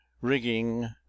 rigging